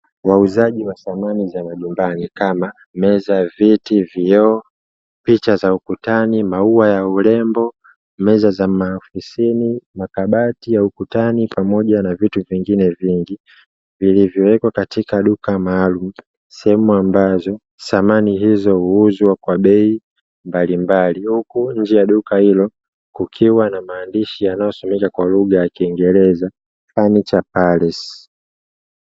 Wauzaji wa samani za majumbani kama meza, viti, vioo, picha za ukutani, mauwa ya urembo, meza za maofisini, makabati ya ukutani pamoja na vitu vingine vingi, vilivyoweka katika duka maalumu. Sehemu ambazo samani hizo huuzwa kwa bei mbalimbali huku nje ya duka hilo kukiwa na maandishi yanayosomeka kwa lugha ya kingereza " Funiture Parisi".